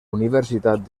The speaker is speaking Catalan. universitat